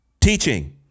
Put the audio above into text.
Teaching